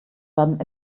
werden